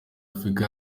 africa